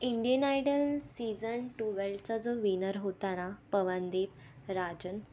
Indian idol season टवेलचा जो winner होता ना पवनदीप राजन